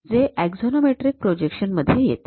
जे axonometric projection मध्ये येते